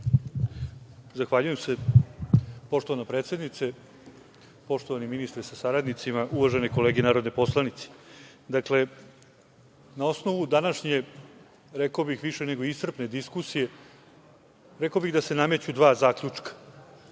Zahvaljujem se, poštovana predsednice, poštovani ministre sa saradnicima, uvažene kolege narodni poslanici. Na osnovu današnje, rekao bih više nego iscrpne diskusije, rekao bih da se nameću dva zaključka.